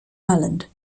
ireland